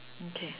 okay